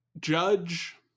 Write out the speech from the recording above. judge